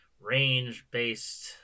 range-based